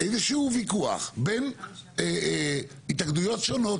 איזה שהוא ויכוח בין התאגדויות שונות,